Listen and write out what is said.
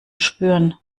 spüren